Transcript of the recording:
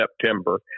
September